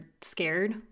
scared